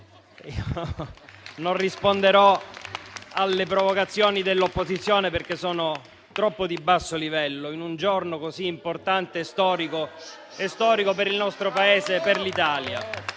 non risponderò alle provocazioni dell'opposizione perché sono troppo di basso livello, in un giorno così importante e storico *(Commenti)* per il